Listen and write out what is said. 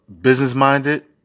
business-minded